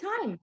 time